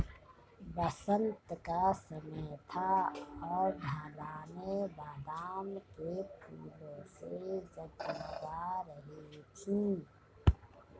बसंत का समय था और ढलानें बादाम के फूलों से जगमगा रही थीं